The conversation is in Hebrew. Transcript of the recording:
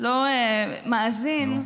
לא מאזין,